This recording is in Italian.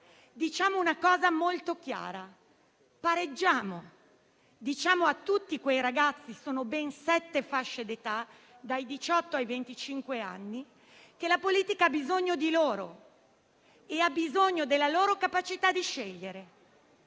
diciamo una cosa molto chiara: pareggiamo, dicendo a tutti quei ragazzi compresi in ben sette fasce di età, dai diciotto ai venticinque anni, che la politica ha bisogno di loro e ha bisogno della loro capacità di scegliere.